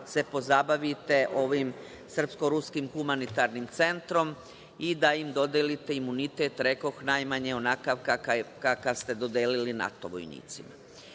se pozabavite ovim Srpsko-ruskim humanitarnim centrom i da im dodelite imunitet, rekoh najmanje onakav kakav ste dodeli NATO vojnicima. Zakon